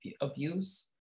abuse